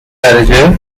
درجه